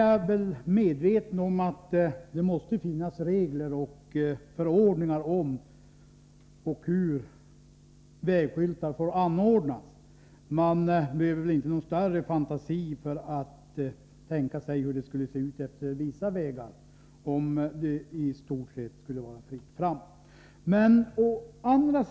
Jag är medveten om att det måste finnas regler och förordningar om hur vägskyltar får uppsättas. Man behöver ingen större fantasi för att tänka sig hur det skulle se ut efter vissa vägar om det i stort sett skulle vara fritt fram.